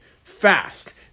Fast